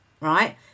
right